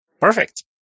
Perfect